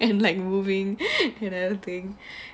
and like moving and other thing